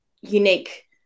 unique